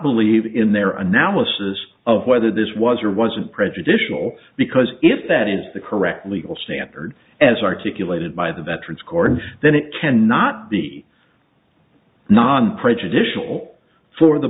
believe in their analysis of whether this was or wasn't prejudicial because if that is the correct legal standard as articulated by the veterans court and then it cannot be non prejudicial for the